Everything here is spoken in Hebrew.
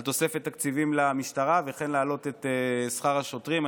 תוספת תקציבים למשטרה וכן להעלות את שכר השוטרים.